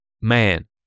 man